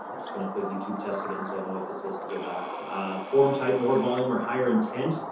just going to put youtube tests again. so i know what this is to go back a form type more volume or higher intent,